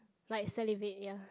like salivate ya